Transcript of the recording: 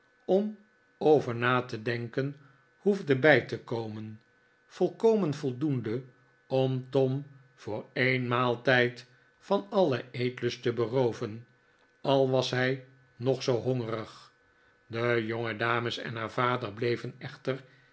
om over na te denken hoefde bij te komen volkomen voldoende om tom voor een maaltijd van alien eetlust te berooven al was hij nog zoo hongerig de jongedames en haar vader bleven echter